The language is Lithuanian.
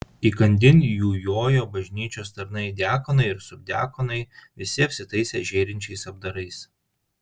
įkandin jų jojo bažnyčios tarnai diakonai ir subdiakonai visi apsitaisę žėrinčiais apdarais